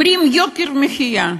אומרים: יוקר מחיה.